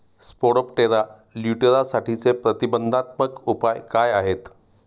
Spodoptera लिट्युरासाठीचे प्रतिबंधात्मक उपाय काय आहेत?